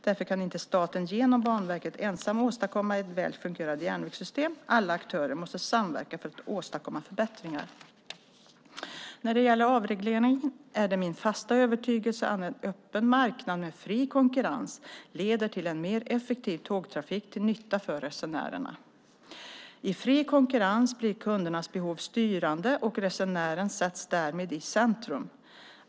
Därför kan inte staten, genom Banverket, ensam åstadkomma ett väl fungerande järnvägssystem. Alla aktörer måste samverka för att åstadkomma förbättringar. När det gäller avregleringen är det min fasta övertygelse att en öppen marknad med fri konkurrens leder till en mer effektiv tågtrafik till nytta för resenärerna. I fri konkurrens blir kundernas behov styrande och resenären sätts därmed i centrum.